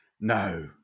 No